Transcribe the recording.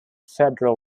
federal